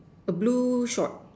a blue short